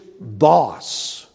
boss